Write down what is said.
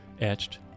Etched